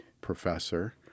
professor